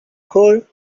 coal